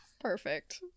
perfect